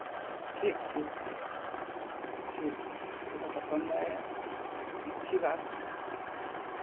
ठीक ठीक ठीक ठीक है चलो पसंद आया अच्छी बात है